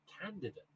candidate